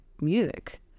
music